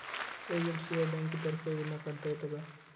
एजंटशिवाय बँकेतर्फे विमा काढता येतो का?